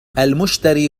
المشتري